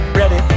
ready